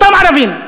אותם ערבים,